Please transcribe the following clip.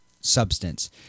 substance